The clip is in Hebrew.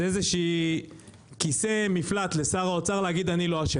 זה איזה שהוא כיסא מפלט לשר האוצר להגיד שהוא לא אשם.